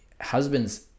husbands